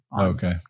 Okay